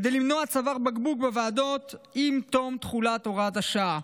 כדי למנוע צוואר בקבוק בוועדות עם תום תחולת הוראת השעה.